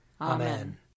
Amen